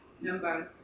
numbers